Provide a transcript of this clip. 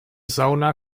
sauna